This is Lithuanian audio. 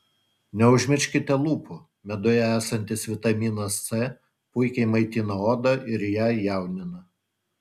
neužmirškite lūpų meduje esantis vitaminas c puikiai maitina odą ir ją jaunina